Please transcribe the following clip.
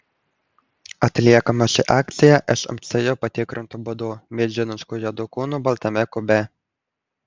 atliekama ši akcija šmc jau patikrintu būdu milžinišku juodu kūnu baltame kube